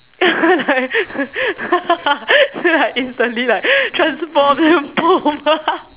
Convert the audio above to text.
then like instantly like transform and boom